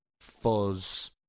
fuzz